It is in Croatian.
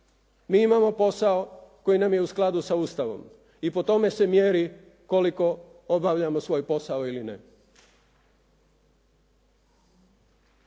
mi imamo posao koji nam je u skladu sa Ustavom i po tome se mjeri koliko obavljamo svoj posao ili ne.